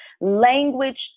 language